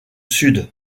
sud